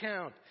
count